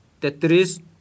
tetris